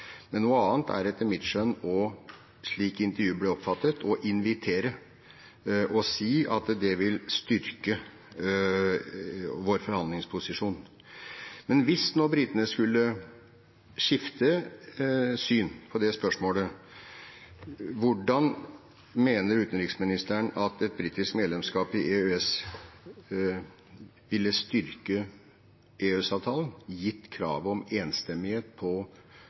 men noe annet er etter mitt skjønn – slik intervjuet ble oppfattet – å invitere og si at det vil styrke vår forhandlingsposisjon. Men hvis nå britene skulle skifte syn på det spørsmålet, hvordan mener utenriksministeren at et britisk medlemskap i EØS ville styrke EØS-avtalen, gitt kravet om enstemmighet på